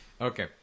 Okay